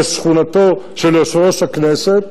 בשכונתו של יושב-ראש הכנסת,